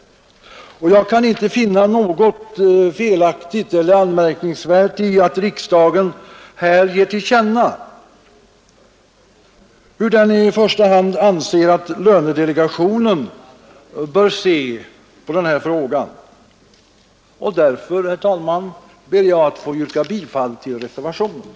Jag kan inte finna något felaktigt eller anmärkningsvärt i att riksdagen här ger till känna hur den i första hand anser att lönedelegationen bör se på frågan, och därför, herr talman, ber jag att få yrka bifall till reservationen.